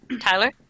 Tyler